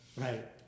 Right